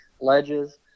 ledges